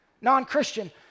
Non-Christian